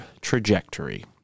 trajectory